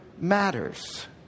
matters